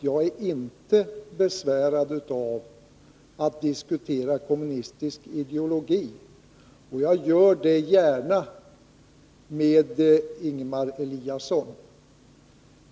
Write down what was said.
Jag ärinte besvärad av att diskutera kommunistisk ideologi, och jag gör det gärna med Ingemar Eliasson.